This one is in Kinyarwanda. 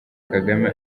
kagame